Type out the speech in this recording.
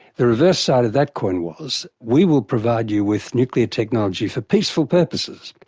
the reverse side of that coin was we will provide you with nuclear technology for peaceful purposes.